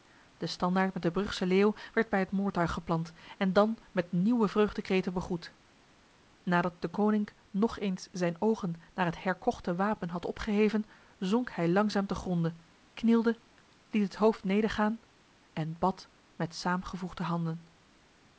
de standaard met de brugse leeuw werd bij het moordtuig geplant en dan met nieuwe vreugdekreten begroet nadat deconinck nog eens zijn ogen naar het herkochte wapen had opgeheven zonk hij langzaam te gronde knielde liet het hoofd nedergaan en bad met saamgevoegde handen